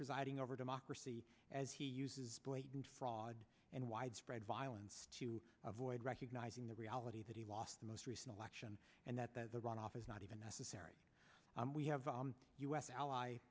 presiding over democracy as he uses blatant fraud and widespread violence to avoid recognizing the reality that he lost the most recent election and that the runoff is not even necessary we have a u s ally